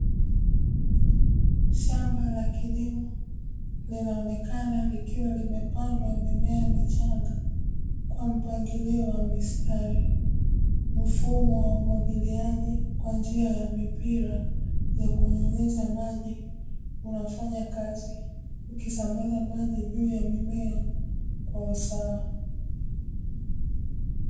Shamba la kilimo linaonekana likiwa limepandwa mimea michanga kwa mpangilio wa mistari, mfumo wa umwagiliaji kwa njia ya mipira ya kunyunyiza maji unafanya kazi ukisambaza maji juu ya mimea kwa usawa.